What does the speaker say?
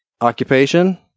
occupation